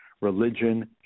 religion